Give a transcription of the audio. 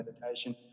meditation